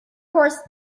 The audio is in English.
course